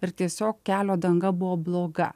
ir tiesiog kelio danga buvo bloga